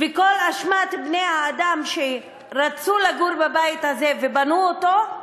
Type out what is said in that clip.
וכל אשמת בני-האדם שרצו לגור בבית הזה ובנו אותו,